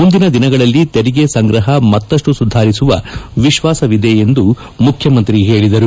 ಮುಂದಿನ ದಿನಗಳಲ್ಲಿ ತೆರಿಗೆ ಸಂಗ್ರಹ ಮತ್ತಷ್ಟು ಸುಧಾರಿಸುವ ವಿಶ್ನಾಸವಿದೆ ಎಂದೂ ಮುಖ್ಯಮಂತ್ರಿ ಹೇಳಿದರು